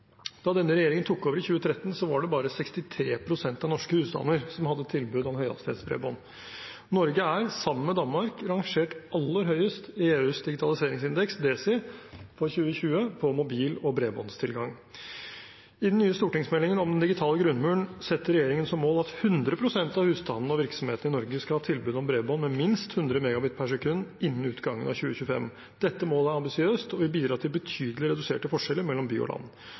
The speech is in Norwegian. Da denne regjeringen tok over i 2013, hadde bare 63 pst. av norske husstander tilbud om høyhastighetsbredbånd. Norge er, sammen med Danmark, rangert aller høyest i EUs digitaliseringsindeks, DESI, i 2020 på mobil- og bredbåndstilgang. I den nye stortingsmeldingen om den digitale grunnmuren setter regjeringen som mål at 100 pst. av husstandene og virksomhetene i Norge skal ha tilbud om bredbånd med minst 100 Mbit/s innen utgangen av 2025. Dette målet er ambisiøst og vil bidra til betydelig reduserte forskjeller mellom by og land.